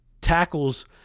tackles